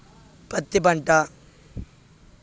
పత్తి పంట